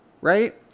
right